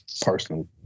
personally